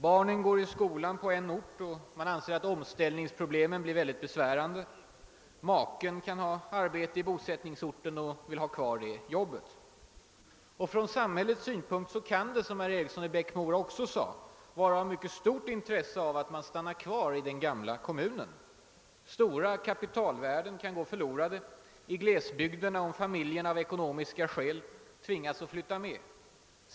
Barnen kan gå i skolan i hemorten och man anser att omställningsproblemen skulle bli mycket besvärande. Makan kan ha ett arbete i bostadsorten och vill ha kvar det o. s. v. Från samhällets synpunkt kan det vara av mycket stort intresse att man stannar kvar i den gamla kommunen. Stora kapitalvärden kan annars gå förlorade i glesbygderna om familjen av ekonomiska skäl tvingas att flytta med.